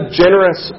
generous